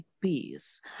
peace